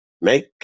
Make